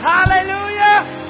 Hallelujah